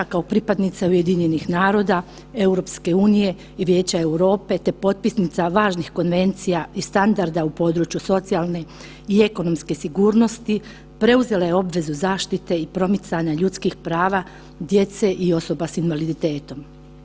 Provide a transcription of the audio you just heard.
RH kao pripadnica UN-a EU i Vijeća Europe, te potpisnica važnih konvencija i standarda u području socijalne i ekonomske sigurnosti preuzela je obvezu zaštite i promicanja ljudskih prava djece i osoba s invaliditetom.